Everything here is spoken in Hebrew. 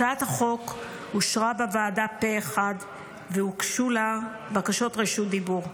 הצעת החוק אושרה בוועדה פה אחד והוגשו לה בקשות רשות דיבור.